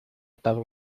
atado